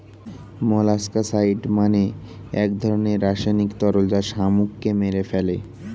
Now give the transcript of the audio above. molluscicide মানে এক ধরনের রাসায়নিক তরল যা শামুককে মেরে ফেলে